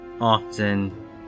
often